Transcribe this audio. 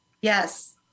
Yes